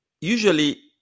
usually